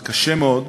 זה קשה מאוד.